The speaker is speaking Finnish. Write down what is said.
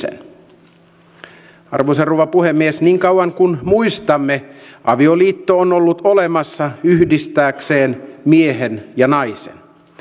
yunnan provinsen arvoisa rouva puhemies niin kauan kuin muistamme avioliitto on ollut olemassa yhdistääkseen miehen ja naisen